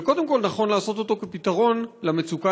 וקודם כול נכון לעשות אותו כפתרון למצוקה